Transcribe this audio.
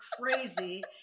crazy